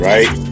Right